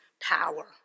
power